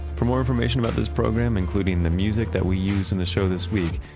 for more information about this program, including the music that we used in this show this week,